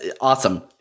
awesome